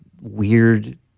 weird